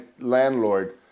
landlord